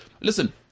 Listen